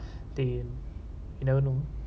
தெரியாது:theriyathu you never know